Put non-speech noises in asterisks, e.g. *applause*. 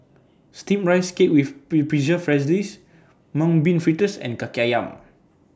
Steamed Rice Cake with *unintelligible* Preserved *unintelligible* Mung Bean Fritters and Kaki Ayam